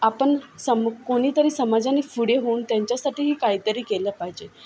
आपण सम कोणीतरी समाजाने पुढे होऊन त्यांच्यासाठीही काहीतरी केलं पाहिजे